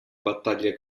battaglie